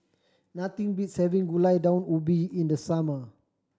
nothing beats having Gulai Daun Ubi in the summer